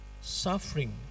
suffering